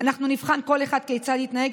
אנחנו נבחן כל אחד כיצד יתנהג,